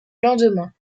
lendemain